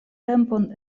tempon